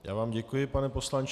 Já vám děkuji, pane poslanče.